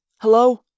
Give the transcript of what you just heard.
Hello